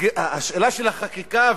השאלה של החקיקה,